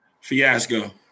Fiasco